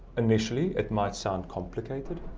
initially it might sound complicated,